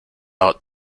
art